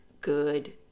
good